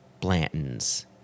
Blanton's